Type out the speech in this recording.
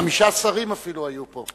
חמישה שרים אפילו היו פה.